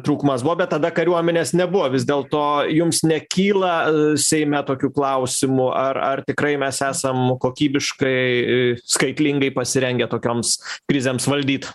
trūkumas buvo bet tada kariuomenės nebuvo vis dėl to jums nekyla seime tokių klausimų ar ar tikrai mes esam kokybiškai skaitlingai pasirengę tokioms krizėms valdyt